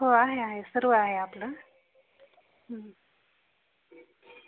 हो आहे आहे सर्व आहे आपलं